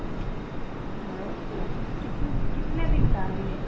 हाँ कितन कितने दिन का लिए